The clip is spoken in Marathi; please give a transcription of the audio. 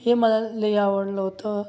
हे मला लई आवडलं होतं